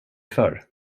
förr